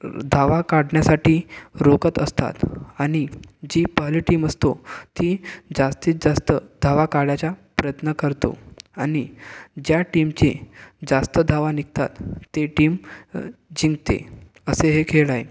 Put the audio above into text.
धावा काढण्यासाठी रोकत असतात आणि जी पहिली टीम असतो ती जास्तीतजास्त धावा काढायचा प्रयत्न करतो आणि ज्या टीमच्या जास्त धावा निघतात ती टीम जिंकते असे हे खेळ आहे